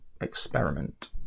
experiment